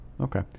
okay